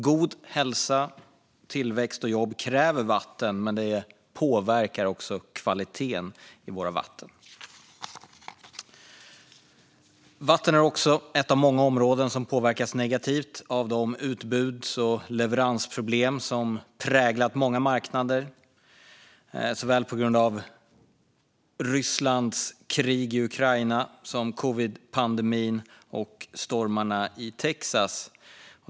God hälsa, tillväxt och jobb kräver vatten, men det påverkar också kvaliteten på våra vatten. Vatten är också ett av många områden som påverkas negativt av de utbuds och leveransproblem som präglat många marknader på grund av Rysslands krig i Ukraina, covidpandemin och stormarna i Texas.